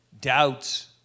doubts